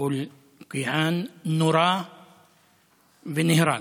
אבו אלקיעאן נורה ונהרג,